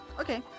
Okay